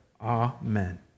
Amen